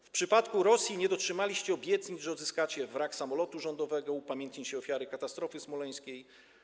W przypadku Rosji nie dotrzymaliście obietnic, że odzyskacie wrak samolotu rządowego, upamiętnicie ofiary katastrofy smoleńskiej.